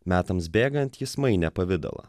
metams bėgant jis mainė pavidalą